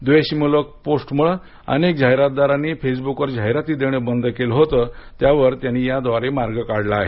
द्वेषमुलक post मूळ अनेक जाहिरातदारांनी फेसबुकवर जाहिराती देण बंद केलं होत त्यावर त्यांनी याद्वारे मार्ग काढला आहे